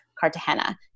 Cartagena